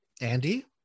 Andy